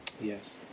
Yes